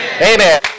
Amen